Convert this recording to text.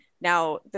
now